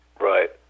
Right